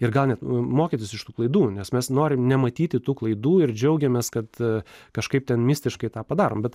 ir gal net mokytis iš tų klaidų nes mes norim nematyti tų klaidų ir džiaugiamės kad kažkaip ten mistiškai tą padarom bet